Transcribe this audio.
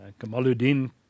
Kamaluddin